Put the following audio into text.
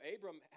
Abram